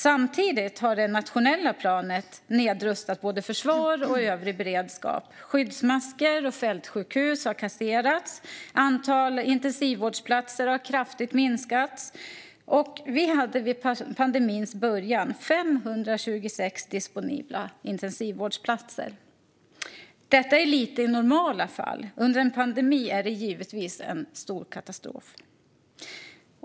Samtidigt har det nationella planet nedrustat både försvar och övrig beredskap. Skyddsmasker och fältsjukhus har kasserats, och antalet intensivvårdsplatser har kraftigt minskats. Vi hade vid pandemins början 526 disponibla intensivvårdsplatser. Det är lite i normala fall; under en pandemi är det givetvis en stor katastrof.